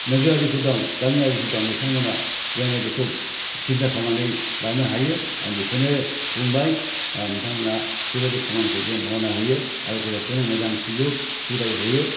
नोगोरारिफोर दं गामियारिफोर दं बिथांमोना जोंनि बेफोरखौ सिन्था खामनानै लानो आं बिखोनो बुंबाय आर नोंथांमोना बेबायदि खामानिखौ मावना हायो आरो गथ'फोरनो मोजां सुजुग सुबिदाखौ होयो